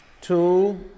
Two